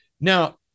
Now